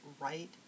right